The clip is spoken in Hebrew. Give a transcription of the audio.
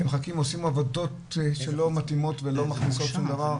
שמחכים עושים עבודות שלא מתאימות ולא מכניסות שום דבר.